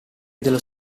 dello